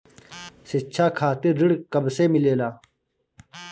शिक्षा खातिर ऋण कब से मिलेला?